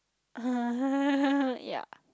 ya